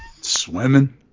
swimming